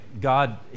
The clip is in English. God